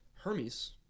Hermes